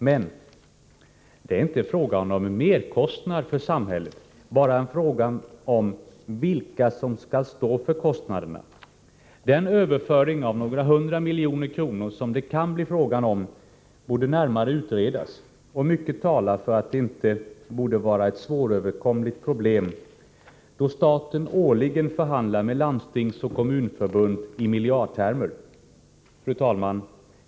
Men det är inte fråga om någon merkostnad för samhället, bara en fråga om vilka som skall stå för kostnaderna. Den överföring av några hundra miljoner kronor som det kan bli fråga om borde närmare utredas, och mycket talar för att det inte är ett svåröverkomligt problem, då staten årligen förhandlar med Landstingsoch Kommunförbunden i miljardtermer. Fru talman!